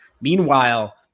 Meanwhile